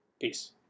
peace